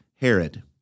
Herod